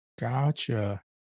Gotcha